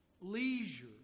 Leisure